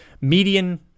median